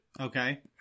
Okay